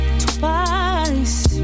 twice